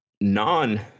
non